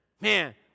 Man